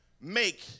make